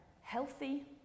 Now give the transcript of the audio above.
healthy